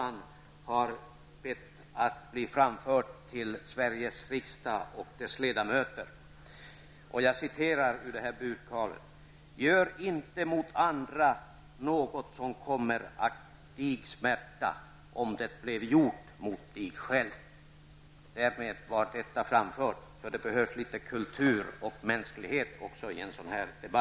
Man har bett att få följande framfört till Sveriges riksdag och dess ledamöter: Gör inte mot andra något som kommer att dig smärta om det blev gjort mot dig själv. Det behövs litet kultur och mänsklighet också i en debatt som denna.